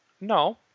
no